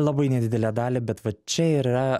labai nedidelę dalį bet vat čia ir yra